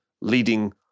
leading